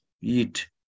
eat